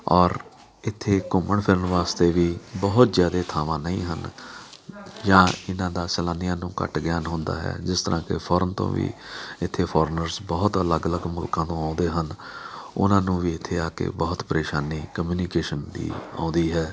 ਔਰ ਇੱਥੇ ਘੁੰਮਣ ਫਿਰਨ ਵਾਸਤੇ ਵੀ ਬਹੁਤ ਜ਼ਿਆਦਾ ਥਾਵਾਂ ਨਹੀਂ ਹਨ ਜਾਂ ਇਹਨਾਂ ਦਾ ਸੈਲਾਨੀਆਂ ਨੂੰ ਘੱਟ ਗਿਆਨ ਹੁੰਦਾ ਹੈ ਜਿਸ ਤਰ੍ਹਾਂ ਕਿ ਫੋਰਨ ਤੋਂ ਵੀ ਇੱਥੇ ਫੋਰਨਰਸ ਬਹੁਤ ਅਲੱਗ ਅਲੱਗ ਮੁਲਖਾਂ ਤੋਂ ਆਉਂਦੇ ਹਨ ਉਹਨਾਂ ਨੂੰ ਵੀ ਇੱਥੇ ਆ ਕੇ ਬਹੁਤ ਪਰੇਸ਼ਾਨੀ ਕਮਿਊਨੀਕੇਸ਼ਨ ਦੀ ਆਉਂਦੀ ਹੈ